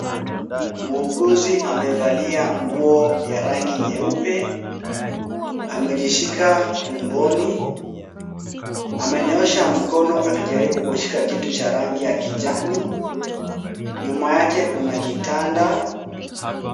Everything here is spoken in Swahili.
Muuguzi amevalia nguo ya rangi nyeupe. Amejishika tumboni. Amenyoosha mkono akijaribu kushika kitu cha rangi ya kijani. Nyuma yake kuna kitanda.